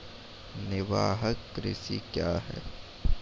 निवाहक कृषि क्या हैं?